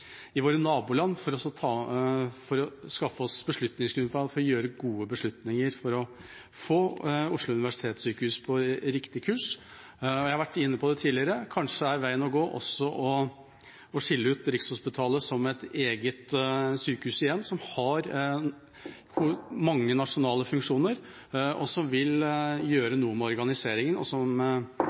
i våre naboland, for å skaffe oss grunnlag for å gjøre gode beslutninger og for å få Oslo universitetssykehus på riktig kurs. Jeg har vært inne på det tidligere: Kanskje er veien å gå også igjen å skille ut Rikshospitalet som et eget sykehus som har mange nasjonale funksjoner, og som vil gjøre noe med organiseringen, noe de ansatte etterlyser. Vi har et helsevesen som